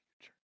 future